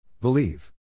Believe